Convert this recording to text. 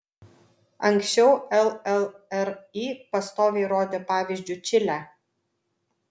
anksčiau llri pastoviai rodė pavyzdžiu čilę